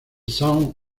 sound